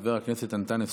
חבר הכנסת אנטאנס